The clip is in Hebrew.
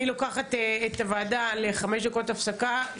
אני לוקחת את הוועדה לחמש דקות הפסקה.